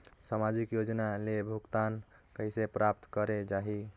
समाजिक योजना ले भुगतान कइसे प्राप्त करे जाहि?